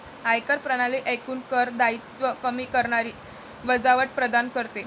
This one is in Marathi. आयकर प्रणाली एकूण कर दायित्व कमी करणारी वजावट प्रदान करते